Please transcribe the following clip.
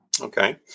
Okay